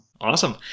Awesome